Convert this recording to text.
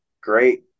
great